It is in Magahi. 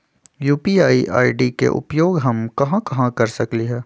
यू.पी.आई आई.डी के उपयोग हम कहां कहां कर सकली ह?